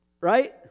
Right